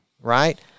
right